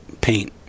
paint